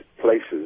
places